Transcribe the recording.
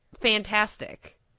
fantastic